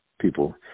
people